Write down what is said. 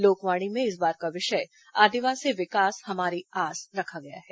लोकवाणी में इस बार का विषय आदिवासी विकास हमारी आस रखा गया है